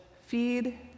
feed